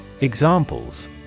Examples